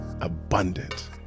abundant